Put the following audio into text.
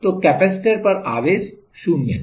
तो कैपेसिटर पर आवेश 0 था